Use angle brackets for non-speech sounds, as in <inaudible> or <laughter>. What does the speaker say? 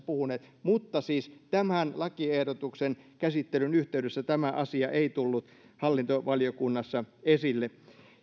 <unintelligible> puhuneet mutta siis tämän lakiehdotuksen käsittelyn yhteydessä tämä asia ei tullut hallintovaliokunnassa esille